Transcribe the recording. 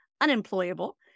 unemployable